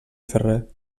ferrer